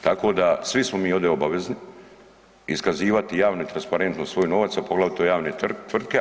Tako da svi smo mi ovdje obavezni iskazivati javno i transparentno svoj novac, a poglavito javne tvtke.